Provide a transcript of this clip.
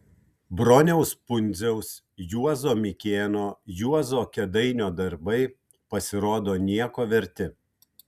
broniaus pundziaus juozo mikėno juozo kėdainio darbai pasirodo nieko verti